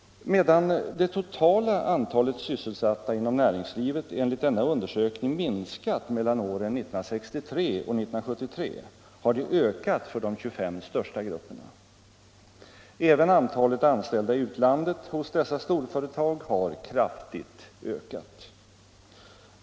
Medan det totala antalet sysselsatta inom näringslivet enligt denna undersökning minskat mellan åren 1963 och 1973 har det ökat för de 25 största grupperna. Även antalet anställda i utlandet hos dessa storföretag har kraftigt ökat.